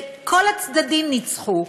כל הצדדים ניצחו,